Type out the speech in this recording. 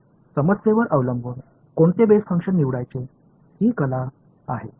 तर समस्येवर अवलंबून कोणते बेस फंक्शन निवडायचे ही एक कला आहे